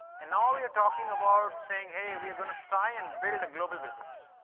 and now we are talking about saying, hey, we are going to try and build a global business.